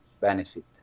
benefit